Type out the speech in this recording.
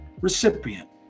recipient